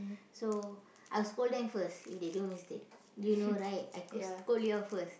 so I'll scold them first if they do mistake you know right I could scold you all first